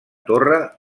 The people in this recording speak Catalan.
torre